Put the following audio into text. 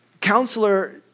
counselor